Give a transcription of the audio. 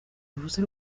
uruhusa